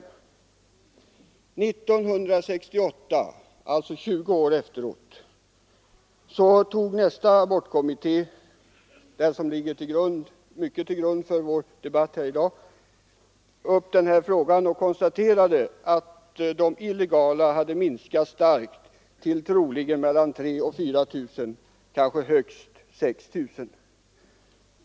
År 1968, alltså 20 år efteråt, tog nästa abortkommitté — vars betänkande i mycket ligger till grund för vår debatt här i dag — upp denna fråga och konstaterade att de illegala aborterna hade minskat starkt till troligen mellan 3 000 och 4 000, kanske högst 6 000.